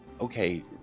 Okay